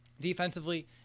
defensively